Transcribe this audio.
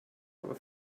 aber